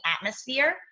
atmosphere